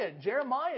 Jeremiah